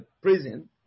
prison